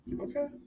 Okay